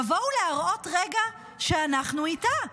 תבואו להראות רגע שאנחנו איתה.